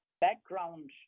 background